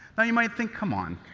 but you might think, come on,